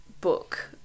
book